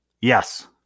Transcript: Yes